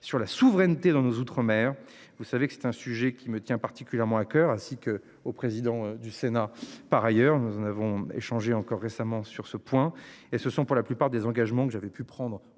sur la souveraineté dans nos Outre-mer. Vous savez que c'est un sujet qui me tient particulièrement à coeur, ainsi que au président du Sénat. Par ailleurs, nous en avons échangé encore récemment sur ce point et ce sont pour la plupart des engagements que j'avais pu prendre